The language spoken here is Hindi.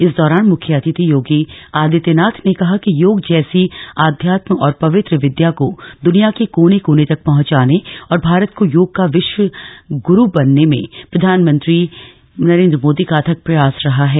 इस दौरान मुख्य अतिथि योगी आदित्य नाथ ने कहा कि योग जैसी अध्यात्म और पवित्र विद्या को दुनियां के कोने कोने तक पहुचाने और भारत को योग का विश्व ग्रुरु बनने में प्रधानमंत्री नरेन्द्र मोदी का अथक प्रयास रहा है